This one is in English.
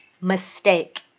mistake